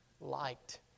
liked